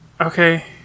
Okay